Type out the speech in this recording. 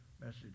message